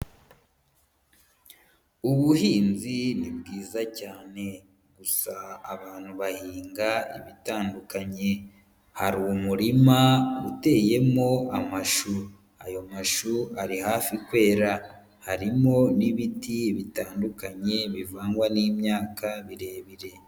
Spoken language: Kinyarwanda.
Ubuhinzi ni bwiza cyane gusa abantu bahinga ibitandukanye hari umurima uteyemo amashu ayo mashu ari hafi kwera harimo n'ibiti bitandukanye bivangwa n'imyaka birebire.